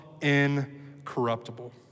incorruptible